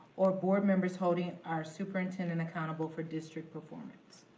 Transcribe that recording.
or board members holding our superintendent accountable for district performance?